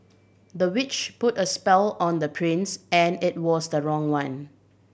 the witch put a spell on the prince and it was the wrong one